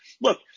Look